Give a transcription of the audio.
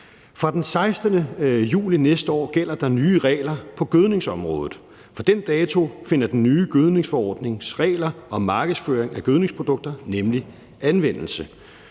Fra den 16. juli næste år gælder der nye regler på gødningsområdet. Fra den dato finder den nye gødningsforordnings regler om markedsføring af gødningsprodukter nemlig anvendelse.